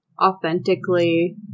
authentically